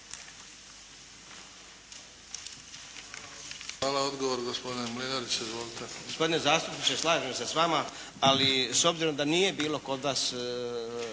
(HDZ)** Odgovor gospodin Mlinarić, izvolite.